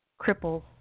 cripples